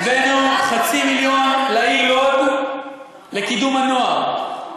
הבאנו חצי מיליון לעיר לוד לקידום הנוער,